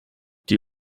die